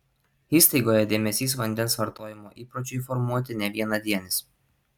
įstaigoje dėmesys vandens vartojimo įpročiui formuoti ne vienadienis